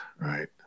right